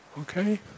Okay